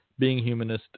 beinghumanist